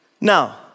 Now